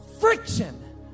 friction